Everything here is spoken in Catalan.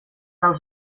els